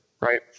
right